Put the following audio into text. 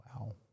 Wow